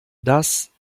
das